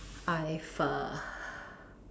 I have a